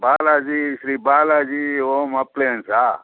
Balaji Shri Balaji home అప్లయన్సా